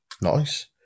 nice